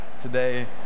today